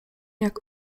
jak